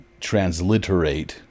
transliterate